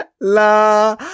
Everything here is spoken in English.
la